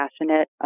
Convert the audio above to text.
passionate